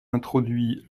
introduit